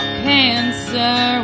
cancer